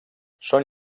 són